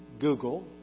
Google